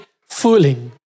fooling